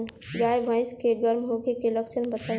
गाय भैंस के गर्म होखे के लक्षण बताई?